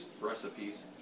recipes